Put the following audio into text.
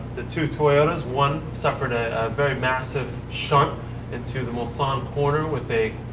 the two toyotas, one suffered a very massive shunt into the mulsanne corner with a